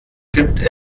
gibt